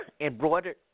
embroidered